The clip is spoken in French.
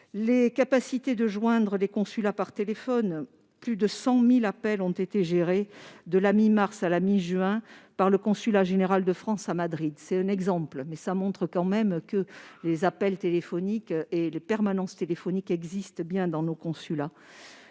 possibilité de joindre les consulats par téléphone, plus de 100 000 appels ont été gérés de la mi-mars à la mi-juin par le consulat général de France à Madrid. Ce n'est qu'un exemple, mais il montre tout de même que les permanences téléphoniques existent bien dans nos consulats.